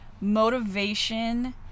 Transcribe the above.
motivation